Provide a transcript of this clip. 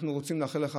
אנחנו רוצים לאחל לך